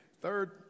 Third